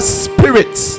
spirits